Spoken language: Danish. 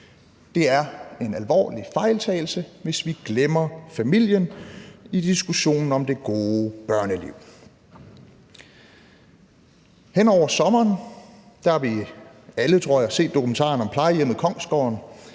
Det er en alvorlig fejltagelse, hvis vi glemmer familien i diskussionen om det gode børneliv. Kl. 17:26 Hen over sommeren har vi alle, tror jeg, set dokumentaren om plejehjemmet Kongsgården,